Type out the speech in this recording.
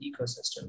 ecosystem